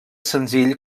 senzill